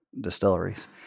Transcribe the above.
distilleries